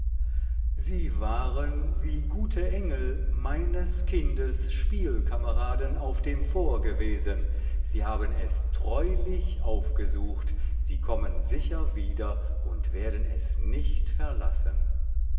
sie waren wie gute engel meines kindes spielkameraden auf dem fort gewesen sie haben es treulich aufgesucht sie kommen sicher wieder und werden es nicht verlassen